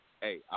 hey